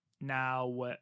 Now